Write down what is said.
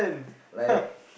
like